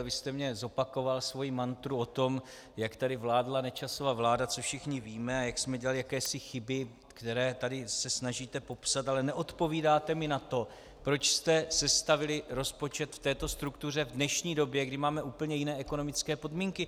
Vy jste mi zopakoval svoji mantru o tom, jak tady vládla Nečasova vláda, co všichni víme a jak jsme dělali jakési chyby, které se tady snažíte popsat, ale neodpovídáte mi na to, proč jste sestavili rozpočet v této struktuře v dnešní době, kdy máme úplně jiné ekonomické podmínky.